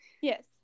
Yes